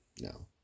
No